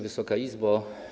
Wysoka Izbo!